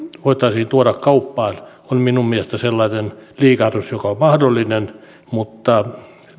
voitaisiin tuoda kauppaan on minun mielestäni sellainen liikahdus joka on mahdollinen mutta